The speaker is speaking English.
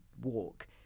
walk